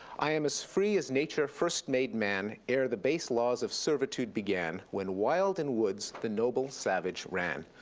i am as free as nature first made man, ere the base laws of servitude began, when wild in woods the noble savage ran.